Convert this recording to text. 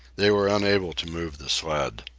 they were unable to move the sled.